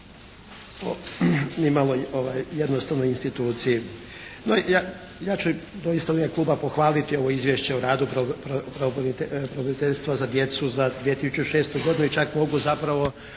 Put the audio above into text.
o nimalo jednostavnoj instituciji. No, ja ću to isto u ime kluba pohvaliti ovo Izvješće o radu pravobraniteljstva za djecu za 2006. godinu. I čak mogu zapravo